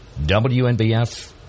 WNBF